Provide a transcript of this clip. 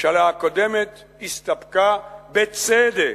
הממשלה הקודמת הסתפקה, בצדק,